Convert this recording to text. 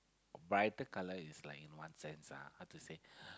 brighter colour is like in what sense ah how to say